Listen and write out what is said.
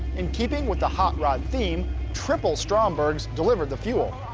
in keeping with the hot rod theme, triple strombergs delivered the fuel.